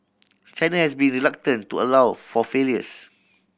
China has been reluctant to allow for failures